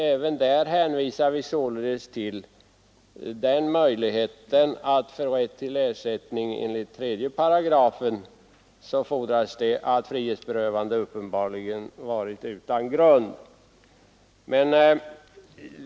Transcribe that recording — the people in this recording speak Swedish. Även där hänvisar vi till att det för rätt till ersättning enligt 3 § fordras att frihetsberövandet uppenbarligen har varit utan grund.